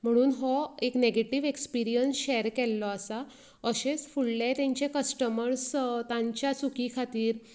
म्हणून हो एक न्हेगेटीव एस्पिरियन्स शेर केल्लो आसा अशेंच फुडले तेंचें कस्टमर्स तांच्या चुकी खातीर